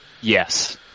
Yes